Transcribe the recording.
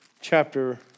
chapter